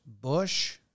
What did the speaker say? Bush